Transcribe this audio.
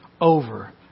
over